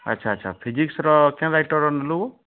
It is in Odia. ଆଛା ଆଛା ଫିଜିକ୍ସର କେଉଁ ରାଇଟରର ନେଲୁ